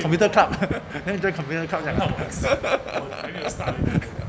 computer club then he join computer club then how